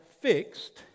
fixed